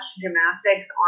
gymnastics